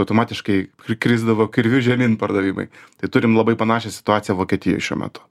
automatiškai kri krisdavo kirviu žemyn pardavimai tai turim labai panašią situaciją vokietijoj šiuo metu